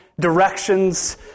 directions